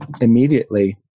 immediately